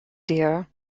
dear